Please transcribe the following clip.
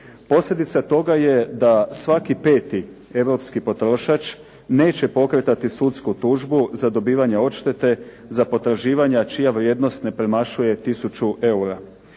Posljedica toga je da svaki 5 europski potrošač neće pokretati sudsku tužbu za dobivanje odštete za potraživanja čija vrijednost ne premašuje tisuću eura.